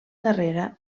darrera